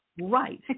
Right